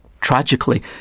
Tragically